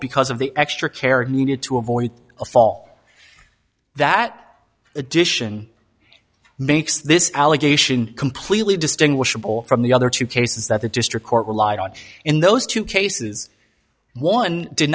because of the extra care needed to avoid a fall that addition makes this allegation completely distinguishable from the other two cases that the district court relied on in those two cases one did